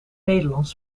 nederlands